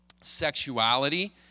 sexuality